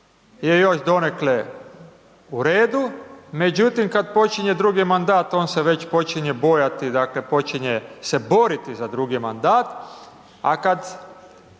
je još donekle u redu, međutim, kad počinje drugi mandat, on se već počinje bojati, dakle, počinje se boriti za drugi mandat, a kad